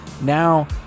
Now